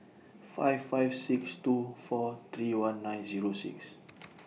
five five six two four three one nine Zero six